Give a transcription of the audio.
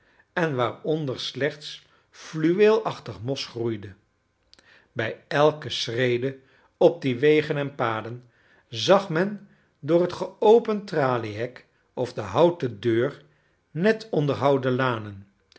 en waaronder slechts fluweelachtig mos groeide bij elke schrede op die wegen en paden zag men door het geopend traliehek of de houten deur net onderhouden lanen